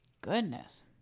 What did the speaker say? Goodness